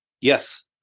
Yes